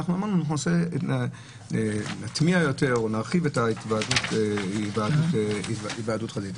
אמרנו שנטמיע יותר או נרחיב את ההיוועדות החזותית.